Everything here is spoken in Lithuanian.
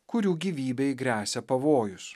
kurių gyvybei gresia pavojus